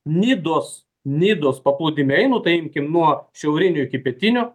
nidos nidos paplūdimiai nu tai imkim nuo šiaurinių iki pietinių